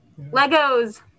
Legos